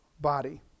body